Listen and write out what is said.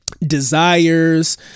desires